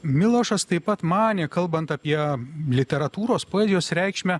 milošas taip pat manė kalbant apie literatūros poezijos reikšmę